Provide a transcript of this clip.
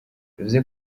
bivuze